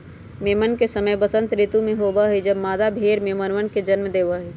मेमन के समय वसंत ऋतु में होबा हई जब मादा भेड़ मेमनवन के जन्म देवा हई